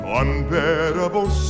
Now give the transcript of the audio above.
unbearable